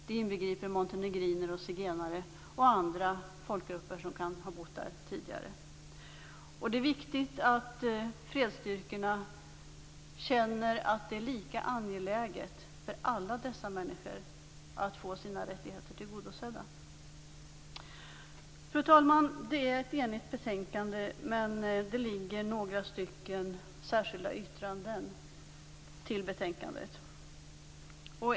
De inbegriper även montenegriner, zigenare och andra folkgrupper som kan ha bott där tidigare. Det är viktigt att fredsstyrkorna känner att det är lika angeläget för alla dessa människor att få sina rättigheter tillgodosedda. Fru talman! Det är ett enigt betänkande, men det finns några särskilda yttranden till betänkandet.